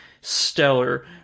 stellar